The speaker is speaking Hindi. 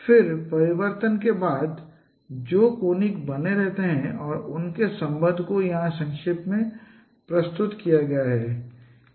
फिर परिवर्तन के बाद वे जो कोनिक बने रहते हैं और उनके संबंध को यहाँ संक्षेप में प्रस्तुत किया गया है